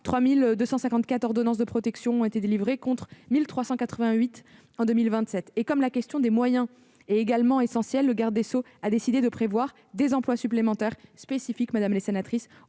3 254 ordonnances de protection ont été délivrées, contre 1 388 en 2017. Comme la question des moyens est également essentielle, le garde des sceaux a décidé de prévoir des emplois supplémentaires spécifiques pour traiter